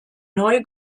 neu